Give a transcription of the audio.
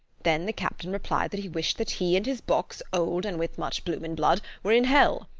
then the captain replied that he wished that he and his box old and with much bloom and blood were in hell.